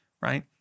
right